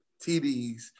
TDs